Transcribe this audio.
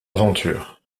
aventure